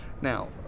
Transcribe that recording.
Now